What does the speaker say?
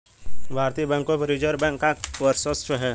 भारतीय बैंकों पर रिजर्व बैंक का वर्चस्व है